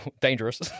Dangerous